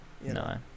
no